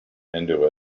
into